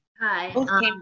Hi